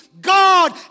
God